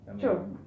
Sure